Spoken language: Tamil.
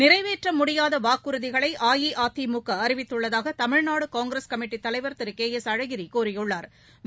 நிறைவேற்ற முடியாத வாக்குறுதிகளை அஇஅதிமுக அறிவித்துள்ளதாக தமிழ்நாடு காங்கிரஸ் கமிட்டித் தலைவா் திரு கே எஸ் அழகிரி கூறியுள்ளாா்